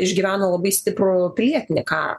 išgyveno labai stiprų pilietinį karą